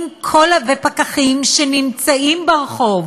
ופקחים שנמצאים ברחוב